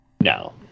No